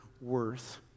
worth